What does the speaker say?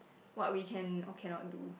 what we can or cannot do